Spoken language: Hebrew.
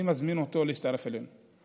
אני מזמין אותו להצטרף אלינו.